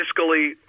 fiscally